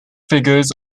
figures